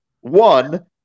one